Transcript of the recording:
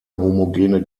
homogene